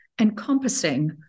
encompassing